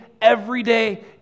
everyday